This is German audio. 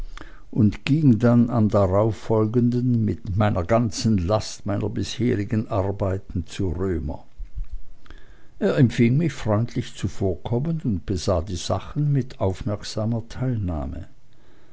und ging dann am darauffolgenden mit einer ganzen last meiner bisherigen arbeiten zu römer er empfing mich freundlich zuvorkommend und besah die sachen mit aufmerksamer teilnahme